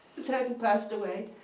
this hadn't passed away.